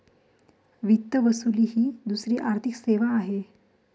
वित्त वसुली ही दुसरी आर्थिक सेवा आहे